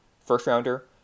first-rounder